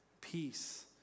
peace